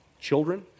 children